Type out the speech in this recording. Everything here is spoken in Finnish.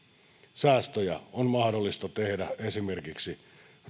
säästöjä on mahdollista tehdä esimerkiksi